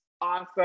awesome